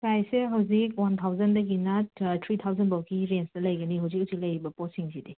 price ꯑꯁꯦ ꯍꯧꯖꯤꯛ one ꯊꯥꯎꯖꯟꯗꯒꯤꯅ ꯊ꯭ꯔꯤ ꯊꯥꯎꯖꯟꯐꯥꯎꯒꯤ ꯔꯦꯟꯁꯇ ꯂꯩꯒꯅꯤ ꯍꯧꯖꯤꯛ ꯍꯧꯖꯤꯛ ꯂꯩꯔꯤꯕ ꯄꯣꯠꯁꯤꯡꯁꯤꯗꯤ